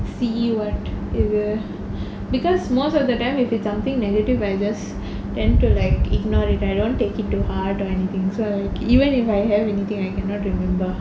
see what area because most of the time if it's something negative I just tend to like ignore it I don't take it too hard or anything so even if I have anything I cannot remember